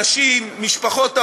אנשים, משפחות הרוסות,